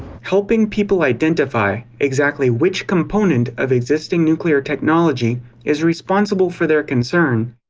helping people identify exactly which component of existing nuclear technology is responsible for their concern,